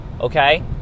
Okay